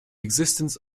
existence